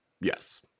Yes